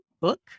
book